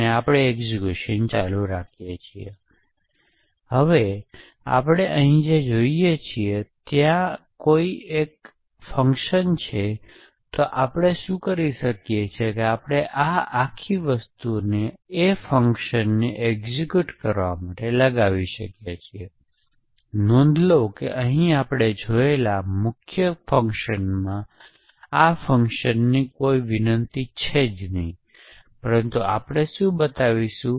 તેથી આ સામાન્ય રીતે લાંબો સમય લેશે જેનો આપણે સમય કાઢ્યો એમ નથી હોતો છે અને આ સમય ખરેખર આવર્તન વિતરણમાં દેખાશે